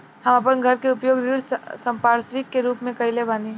हम आपन घर के उपयोग ऋण संपार्श्विक के रूप में कइले बानी